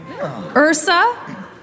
Ursa